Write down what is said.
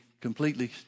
completely